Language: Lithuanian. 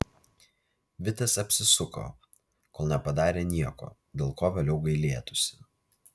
vitas apsisuko kol nepadarė nieko dėl ko vėliau gailėtųsi